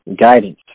guidance